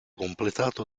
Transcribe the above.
completato